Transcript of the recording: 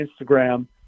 Instagram